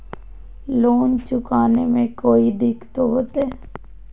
Loan चुकाने में कोई दिक्कतों होते?